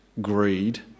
greed